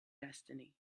destiny